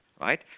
right